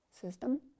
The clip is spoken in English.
system